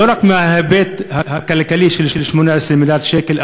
לא רק מההיבט הכלכלי של 18 מיליארד שקל,